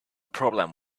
problem